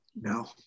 no